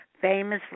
Famously